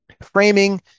framing